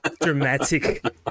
dramatic